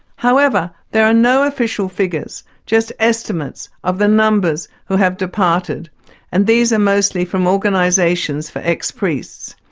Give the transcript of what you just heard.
however, there are no official figures just estimates of the numbers who have departed and these are mostly from organisations for ex-priests.